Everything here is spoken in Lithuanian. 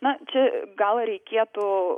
na čia gal reikėtų